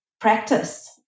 practice